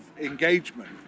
engagement